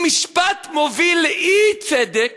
אם משפט מוביל לאי-צדק,